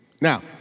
Now